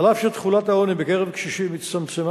אף שתחולת העוני בקרב קשישים הצטמצמה